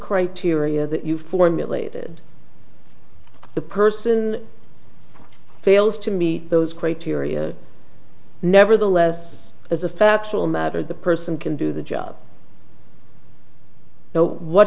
criteria that you formulated the person fails to meet those criteria nevertheless as a factual matter the person can do the job know what